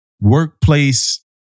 workplace